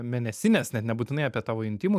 mėnesines net nebūtinai apie tavo intymų